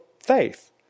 faith